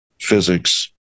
Physics